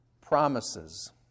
promises